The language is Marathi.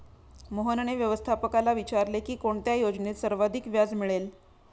मोहनने व्यवस्थापकाला विचारले की कोणत्या योजनेत सर्वाधिक व्याज मिळेल?